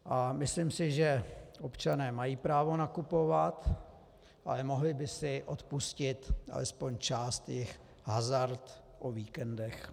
A myslím si, že občané mají právo nakupovat, ale mohli by si odpustit, alespoň jejich část, hazard o víkendech.